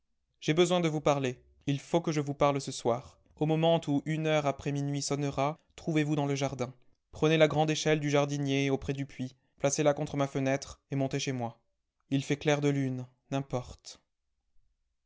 j'ai besoin de vous parler il faut que je vous parle ce soir au moment où une heure après minuit sonnera trouvez-vous dans le jardin prenez la grande échelle du jardinier auprès du puits placez la contre ma fenêtre et montez chez moi il fait clair de lune n'importe